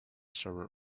shower